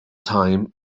time